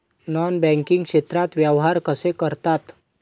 Non banking क्षेत्रात व्यवहार कसे करतात?